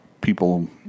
people